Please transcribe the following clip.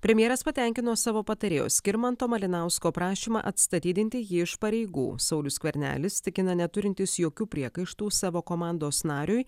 premjeras patenkino savo patarėjo skirmanto malinausko prašymą atstatydinti jį iš pareigų saulius skvernelis tikina neturintis jokių priekaištų savo komandos nariui